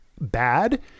bad